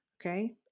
Okay